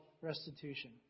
restitution